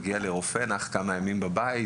מגיע לרופא ואחר כך נח כמה ימים בבית,